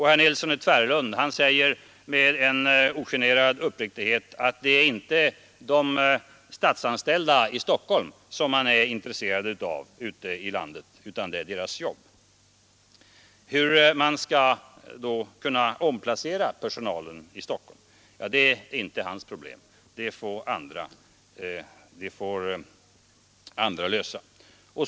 Herr Nilsson i Tvärålund säger med ogenerad uppriktighet att det inte är de statsanställda i Stockholm som man är intresserad av ute i landet, utan det är deras jobb. Hur man då skall kunna omplacera personalen i Stockholm är inte hans problem, det får andra lösa.